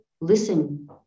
listen